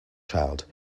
child